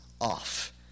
off